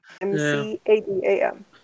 M-C-A-D-A-M